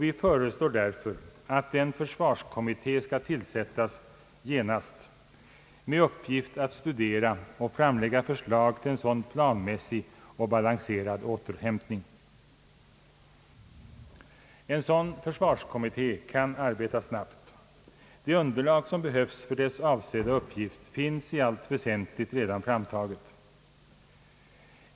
Vi föreslår därför att en försvarskommitté skall tillsättas genast, med uppgift att studera och framlägga förslag till en sådan planmässig och balanserad återhämtning. En sådan försvarskommitté kan arbeta snabbt. Det underlag som behövs för dess avsedda uppgift finns i allt väsentligt redan framtaget.